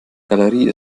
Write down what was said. galerie